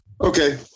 Okay